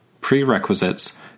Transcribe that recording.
Prerequisites